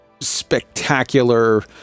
spectacular